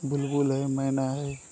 बुलबुल है मैना है